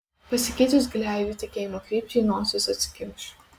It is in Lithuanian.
pasikeitus gleivių tekėjimo krypčiai nosis atsikimš